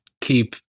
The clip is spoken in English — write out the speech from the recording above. keep